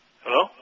Hello